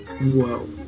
Whoa